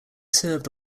served